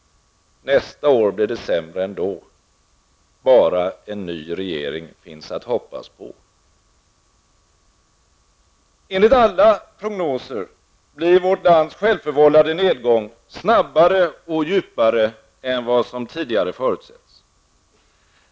Nästa år blir det sämre ändå. Bara en ny regering finns att hoppas på! Enligt alla prognoser blir vårt lands självförvållade nedgång snabbare och djupare än vad som tidigare förutsetts.